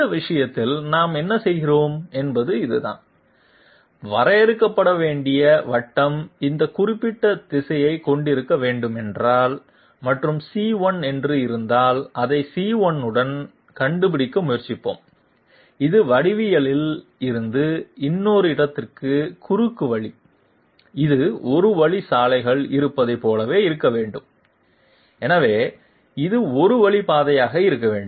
இந்த விஷயத்தில் நாம் என்ன செய்கிறோம் என்பது இதுதான் வரையறுக்கப்பட வேண்டிய வட்டம் இந்த குறிப்பிட்ட திசையைக் கொண்டிருக்க வேண்டும் என்றால் மற்றும் c1 என்று இருந்தால் அதை c1 உடன் கண்டுபிடிக்க முயற்சிப்போம் ஒரு வடிவவியலில் இருந்து இன்னொரு இடத்திற்கு குறுக்குவழி அது ஒரு வழி சாலைகள் இருப்பதைப் போலவே இருக்க வேண்டும் எனவே இது ஒரு வழி பாதையாக இருக்க வேண்டும்